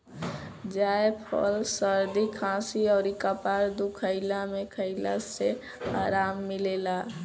जायफल सरदी खासी अउरी कपार दुखइला में खइला से आराम मिलेला